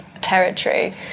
territory